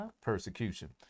persecution